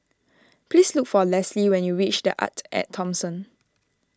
please look for Lesli when you reach the Arte at Thomson